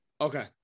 Okay